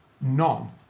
None